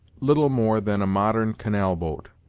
little more than a modern canal-boat,